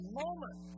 moment